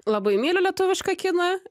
labai myliu lietuvišką kiną